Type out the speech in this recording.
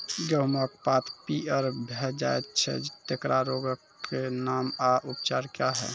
गेहूँमक पात पीअर भअ जायत छै, तेकरा रोगऽक नाम आ उपचार क्या है?